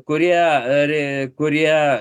kurie ir kurie